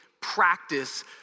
practice